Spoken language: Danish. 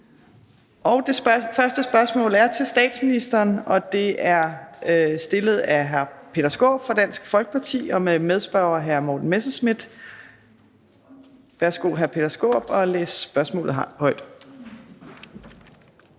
Det første spørgsmål er til statsministeren, og det er stillet af hr. Peter Skaarup fra Dansk Folkeparti med medspørger hr. Morten Messerschmidt. Kl. 15:00 Spm. nr.